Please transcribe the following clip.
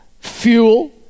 fuel